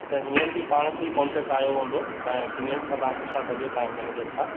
त हीअंर बि पाण खे ई कॉन्ट्रैक्ट आयो हूंदो तव्हांजे सीनियर्स खां तव्हां पुछा कजो तव्हांजे मेनेजर खां हा